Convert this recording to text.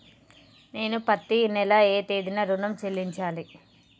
నేను పత్తి నెల ఏ తేదీనా ఋణం చెల్లించాలి?